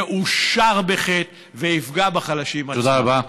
יאושר בחטא ויפגע בחלשים, תודה רבה.